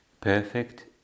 perfect